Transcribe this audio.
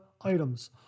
items